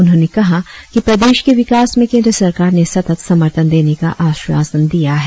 उन्होंने कहा कि प्रदेश के विकास में केंद्र सरकार ने सतत समर्थन देने का आश्वासन दिया है